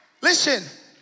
Listen